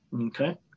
Okay